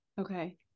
Okay